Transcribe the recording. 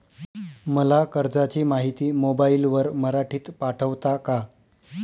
मला कर्जाची माहिती मोबाईलवर मराठीत पाठवता का?